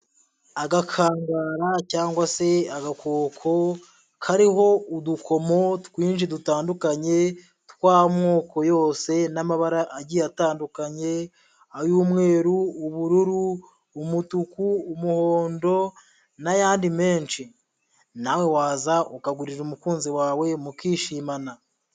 Agakangura cyangwa se agakoko kariho udukomo twinshi dutandukanye tw'amoko yose n'amabara agiye atandukanye, ay'umweru, ubururu, umutuku, umuhondo n'ayandi menshi nawe waza ukagurira umukunzi wawe mukishimana.